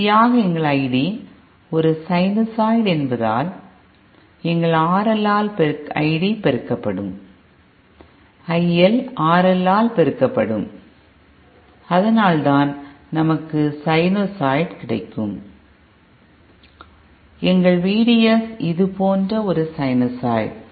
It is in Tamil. இறுதியாக எங்கள் ID ஒரு சைனசாய்டு என்பதால் எங்கள் RL ஆல் ID பெருக்கப்படும் IL RLஆல் பெருக்கப்படும் அதனால்தான் நமக்கு சைனசாய்டு கிடைக்கும் எங்கள் VDS இது போன்ற ஒருசைனசாய்டு